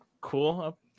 cool